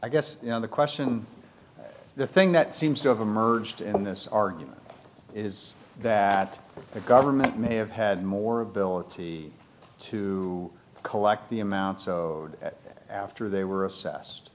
i guess the question the thing that seems to have emerged from this argument is that the government may have had more ability to collect the amount so after they were assessed